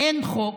אין חוק,